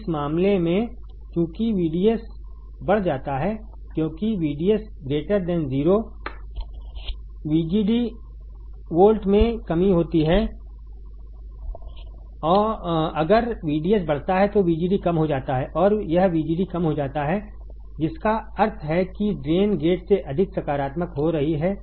इस मामले में चूंकि VDS बढ़ जाता है क्योंकि VDS 0 VGD वोल्ट में कमी होती है अगर VDS बढ़ता है तो VGD कम हो जाता है और यह VGD कम हो जाता है जिसका अर्थ है कि ड्रेन गेट से अधिक सकारात्मक हो रही है